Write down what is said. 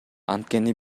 анткени